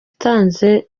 yatanze